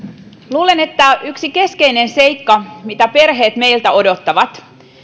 luulen että yksi keskeinen seikka mitä perheet meiltä odottavat